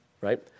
right